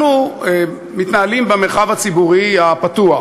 אנחנו מתנהלים במרחב הציבורי הפתוח